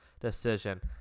decision